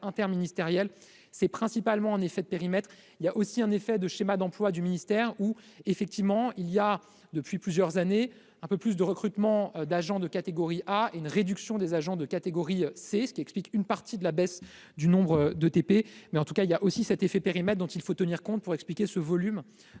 c'est principalement en effet de périmètre, il y a aussi un effet de schéma d'emplois du ministère où effectivement il y a depuis plusieurs années un peu plus de recrutement d'agents de catégorie à une réduction des agents de catégorie, c'est ce qui explique une partie de la baisse du nombre de TP, mais en tout cas, il y a aussi cet effet périmètre dont il faut tenir compte pour expliquer ce volume de 2000 TP qui